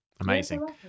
Amazing